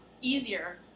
easier